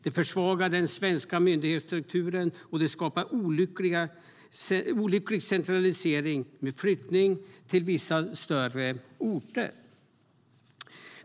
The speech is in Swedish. Det försvagar den svenska myndighetsstrukturen, och det skapar olycklig centralisering med flyttning till vissa större orter.